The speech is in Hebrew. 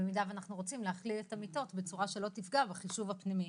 במידה ואנחנו רוצים להכליל את המיטות בצורה שלא תפגע בחישוב הפנימי.